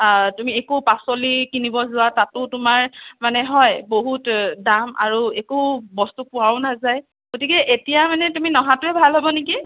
তুমি একো পাচলি কিনিব যোৱা তাতো তোমাৰ মানে হয় বহুত দাম আৰু একো বস্তু পোৱাও নাযায় গতিকে এতিয়া মানে তুমি নহাটোৱে ভাল হ'ব নেকি